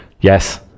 Yes